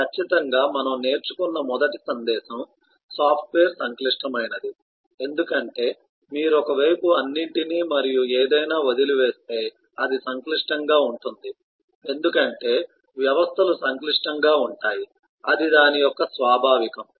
ఖచ్చితంగా మనం నేర్చుకున్న మొదటి సందేశం సాఫ్ట్వేర్ సంక్లిష్టమైనది ఎందుకంటే మీరు ఒక వైపు అన్నింటినీ మరియు ఏదైనా వదిలివేస్తే అది సంక్లిష్టంగా ఉంటుంది ఎందుకంటే వ్యవస్థలు సంక్లిష్టంగా ఉంటాయి అది దాని యొక్క స్వాభావికం